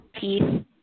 teeth